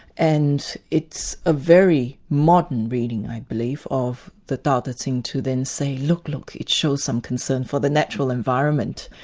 and it's a very modern reading i believe, of the dao de ching to then say look, look, it shows some concern for the natural environment.